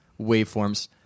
waveforms